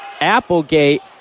Applegate